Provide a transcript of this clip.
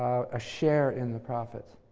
a share in the profits.